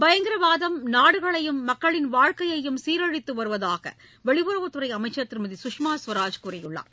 பயங்கரவாதம் நாடுகளையும் மக்களின் வாழ்க்கையையும் சீரழித்து வருவதாக வெளியுறவுத்துறை அமைச்சர் திருமதி சுஷ்மா சுவராஜ் கூறியுள்ளார்